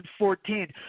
2014